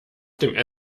dem